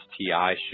STI